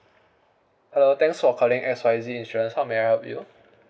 hello thanks for calling X Y Z insurance how may I help you